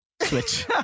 Switch